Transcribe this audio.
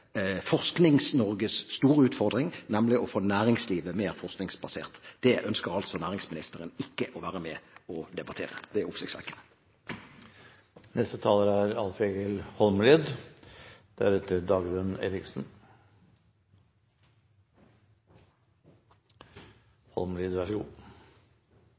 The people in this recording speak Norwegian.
utfordring, nemlig å få næringslivet mer forskningsbasert. Det ønsker altså næringsministeren ikke å være med på å debattere. Det er oppsiktsvekkende. Det er